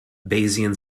bayesian